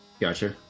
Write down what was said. Gotcha